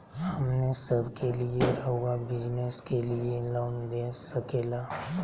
हमने सब के लिए रहुआ बिजनेस के लिए लोन दे सके ला?